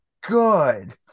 good